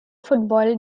football